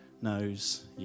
knows